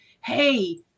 hey